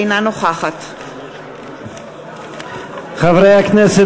אינה נוכחת חברי הכנסת,